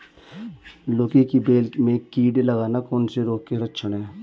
लौकी की बेल में कीड़े लगना कौन से रोग के लक्षण हैं?